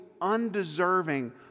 undeserving